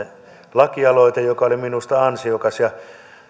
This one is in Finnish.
lakialoite joka oli minusta ansiokas ja